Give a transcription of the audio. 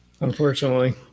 unfortunately